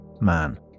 man